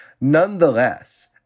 Nonetheless